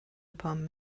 upon